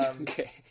Okay